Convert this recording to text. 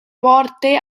porte